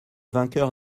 vainqueur